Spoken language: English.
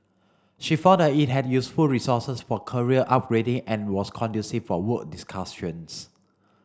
she found that it had useful resources for career upgrading and was conducive for work discussions